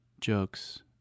jokes